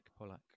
Polak